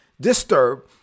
disturb